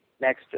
next